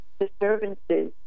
disturbances